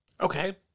Okay